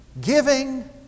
giving